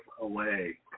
away